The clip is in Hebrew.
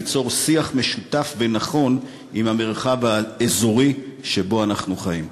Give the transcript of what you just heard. ליצור שיח משותף ונכון במרחב האזורי שבו אנחנו חיים.